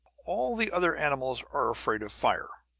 all the other animals are afraid of fire.